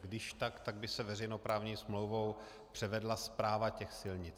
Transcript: Když tak, tak by se veřejnoprávní smlouvou převedla správa těch silnic.